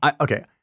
Okay